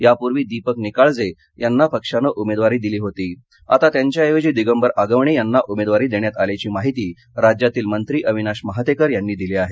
यापूर्वी दीपक निकाळजे यांना पक्षानं उमेदवारी दिली होती आता त्यांच्याऐवजी दिगंबर आगवणे यांना उमेदवारी देण्यात आल्याची माहिती राज्यातील मंत्री अविनाश महातेकर यांनी दिली आहे